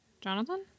Jonathan